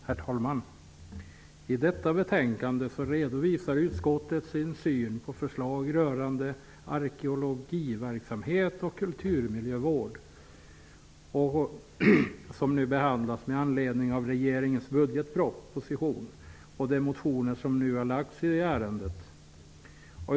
Herr talman! I detta betänkande redovisar utskottet sin syn på de förslag rörande arkeologiverksamhet och kulturmiljövård som har behandlats med anledning av regeringens budgetproposition och de motioner som väckts i ärendet.